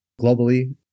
globally